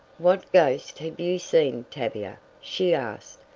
what ghost have you seen tavia? she asked.